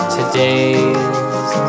Today's